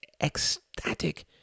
ecstatic